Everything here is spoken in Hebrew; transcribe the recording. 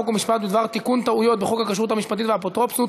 חוק ומשפט בדבר תיקון טעויות בחוק הכשרות המשפטית והאפוטרופסות